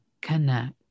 connect